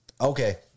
okay